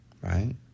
right